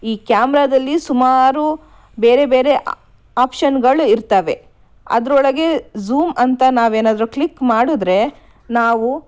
ಈ ಕ್ಯಾಮ್ರಾದಲ್ಲಿ ಸುಮಾರು ಬೇರೆ ಬೇರೆ ಆಪ್ಷನ್ಗಳು ಇರ್ತವೆ ಅದರೊಳಗೆ ಜೂಮ್ ಅಂತ ನಾವೇನಾದರೂ ಕ್ಲಿಕ್ ಮಾಡಿದರೆ ನಾವು